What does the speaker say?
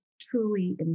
truly